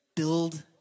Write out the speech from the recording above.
Build